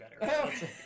better